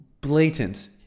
blatant